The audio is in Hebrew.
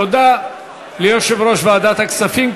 תודה ליושב-ראש ועדת הכספים.